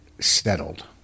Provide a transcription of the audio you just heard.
settled